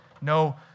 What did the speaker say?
no